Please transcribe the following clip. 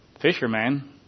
Fisherman